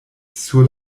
sur